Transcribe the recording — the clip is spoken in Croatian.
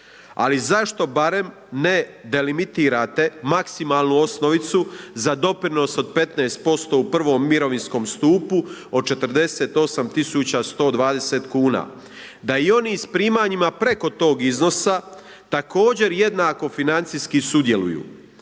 Ali zašto barem ne delimitirate maksimalnu osnovicu za doprinos od 15% u I. mirovinskom stupu od 48 120 kuna da i oni s primanjima preko tog iznosa također jednako financijski sudjeluju